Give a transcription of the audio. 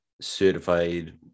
certified